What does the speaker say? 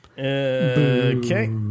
okay